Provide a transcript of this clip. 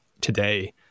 today